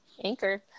Anchor